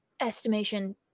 Estimation